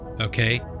Okay